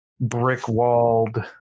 brick-walled